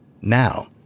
Now